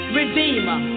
redeemer